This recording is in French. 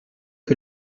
que